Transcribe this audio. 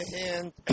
hand